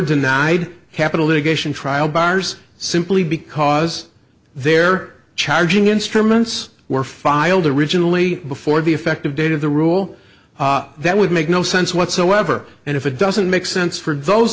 denied capital litigation trial bars simply because they're charging instruments were filed originally before the effective date of the rule that would make no sense whatsoever and if it doesn't make sense for those